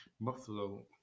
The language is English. Buffalo